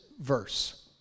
verse